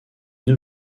une